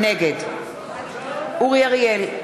נגד אורי אריאל,